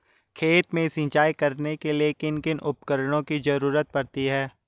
खेत में सिंचाई करने के लिए किन किन उपकरणों की जरूरत पड़ती है?